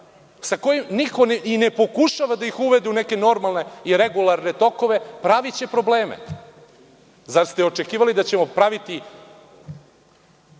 sa kojima niko i ne pokušava da ih uvede u neke normalne i regularne tokove, praviće probleme. Zar ste očekivali da ćemo praviti